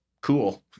Cool